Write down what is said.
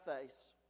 face